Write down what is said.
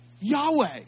Yahweh